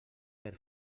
per